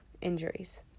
injuries